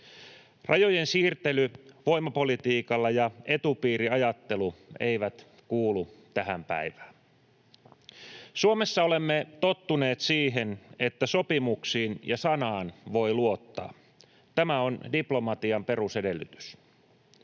Rajojen siirtely voimapolitiikalla ja etupiiriajattelu eivät kuulu tähän päivään. Suomessa olemme tottuneet siihen, että sopimuksiin ja sanaan voi luottaa. Tämä on diplomatian perusedellytys.